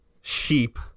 sheep